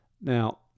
Now